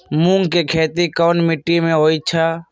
मूँग के खेती कौन मीटी मे होईछ?